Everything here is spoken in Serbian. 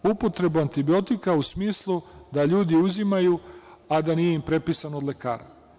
Upotreba antibiotika u smislu da ljudi uzimaju, a da im nije prepisano od lekara.